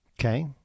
Okay